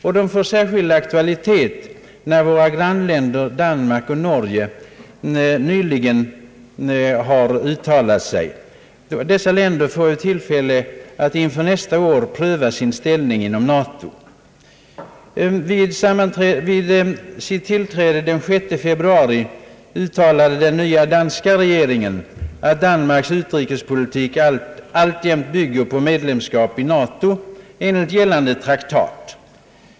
De får särskild aktualitet när våra grannländer Danmark och Norge nyligen uttalat sig. Dessa länder får tillfälle att inför nästa år pröva sin ställning inom NATO. Vid sitt tillträde den 6 februari uttalade den nya danska regeringen, att Danmarks utrikespolitik alltjämt bygger på medlemskap i NATO enligt gällande traktat.